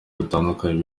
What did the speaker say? butandukanye